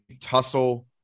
tussle